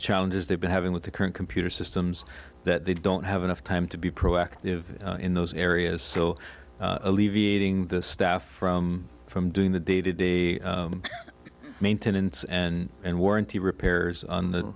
challenges they've been having with the current computer systems that they don't have enough time to be proactive in those areas so alleviating the staff from from doing the day to day maintenance and and warranty repairs on the